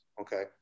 okay